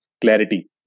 clarity